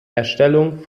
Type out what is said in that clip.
erstellung